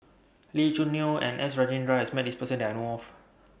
Lee Choo Neo and S Rajendran has Met This Person that I know of